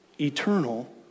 eternal